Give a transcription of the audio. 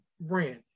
brand